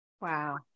Wow